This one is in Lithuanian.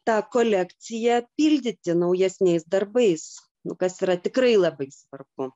tą kolekciją pildyti naujesniais darbais nu kas yra tikrai labai svarbu